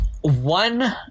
One